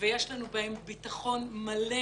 ויש לנו בהם ביטחון מלא